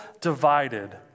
divided